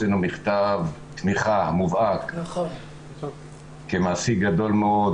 הוצאנו מכתב תמיכה מובהק כמעסיק גדול מאוד